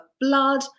blood